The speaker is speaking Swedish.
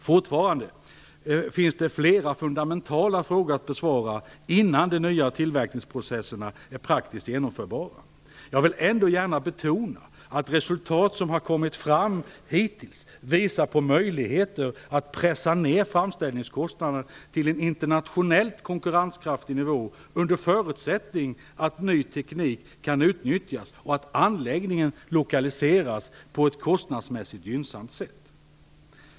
Fortfarande finns det flera fundamentala frågor att besvara innan de nya tillverkningsprocesserna är praktiskt genomförbara. Jag vill ändå gärna betona att de resultat som har kommit fram hittills visar på möjligheter att pressa ned framställningskostnaderna till en internationellt konkurrenskraftig nivå under förutsättning att ny teknik kan utnyttjas och att anläggningen lokaliseras på ett kostnadsmässigt gynnsamt sätt.